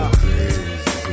crazy